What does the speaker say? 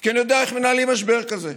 וכי אני יודע איך מנהלים משבר כזה: